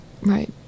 Right